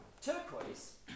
turquoise